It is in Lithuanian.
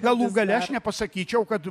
galų gale aš nepasakyčiau kad